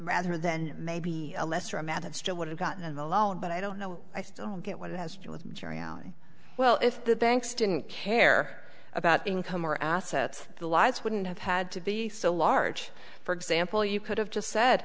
rather then maybe a lesser amount of still would have gotten the loan but i don't know i still don't get what it has to do with jury ali well if the banks didn't care about income or assets the lives wouldn't have had to be so large for example you could have just said